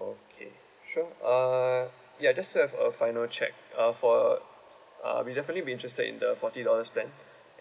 okay sure uh ya just to have a final check uh for uh we definitely be interested in the forty dollars plan